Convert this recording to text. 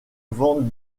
van